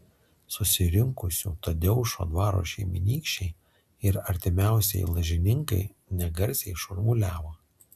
susirinkusių tadeušo dvaro šeimynykščiai ir artimiausieji lažininkai negarsiai šurmuliavo